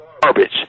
Garbage